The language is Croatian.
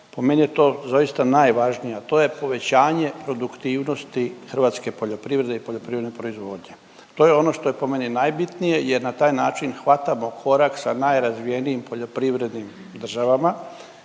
po meni je to zaista najvažnije, a to je povećanje produktivnosti hrvatske poljoprivrede i poljoprivredne proizvodnje. To je ono što je po meni najbitnije jer na taj način hvatamo korak sa najrazvijenijim poljoprivrednim državama